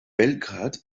belgrad